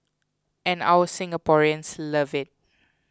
and our Singaporeans love it